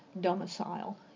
domicile